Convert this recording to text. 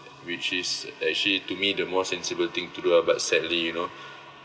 which is actually to me the more sensible thing to do uh but sadly you know